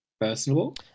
Personable